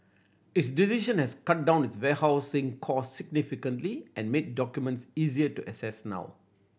its decision has cut down it warehousing cost significantly and made documents easier to access now